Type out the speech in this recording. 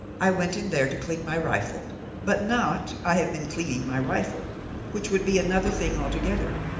i went in there to clean my rifle but not, i have been cleaning my rifle which would be another thing altogether,